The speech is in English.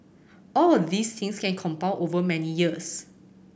all of these things can compound over many years